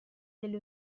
degli